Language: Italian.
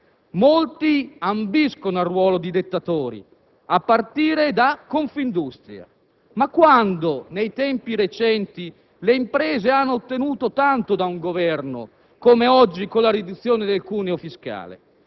Molti ambiscono al ruolo di «dettatori», a partire da Confindustria. Ma quando, nei tempi recenti, le imprese hanno ottenuto tanto da un Governo come oggi, con la riduzione del cuneo fiscale?